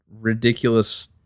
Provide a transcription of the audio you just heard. ridiculous